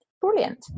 Brilliant